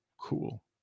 Cool